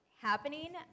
happening